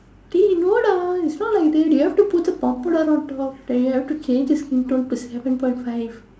dey no lah it's not like that you have to put the powder on top and you have to change the skin tone to seven point five